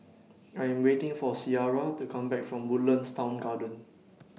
I'm waiting For Ciarra to Come Back from Woodlands Town Garden